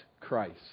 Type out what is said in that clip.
Christ